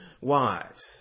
Wives